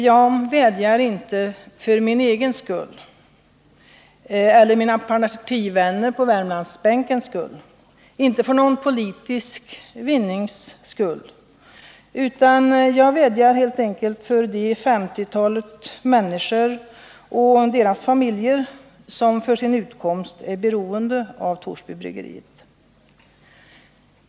Jag vädjar inte för min egen skull eller mina partivänners på Värmlandsbänken och inte heller för politisk vinnings skull, utan jag vädjar helt enkelt för det 50-tal människor och deras familjer som för sin utkomst är beroende av Torsbybryggeriet.